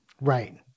Right